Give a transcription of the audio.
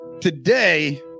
today